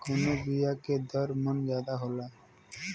कवने बिया के दर मन ज्यादा जाला?